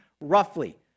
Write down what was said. roughly